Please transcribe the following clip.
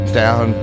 down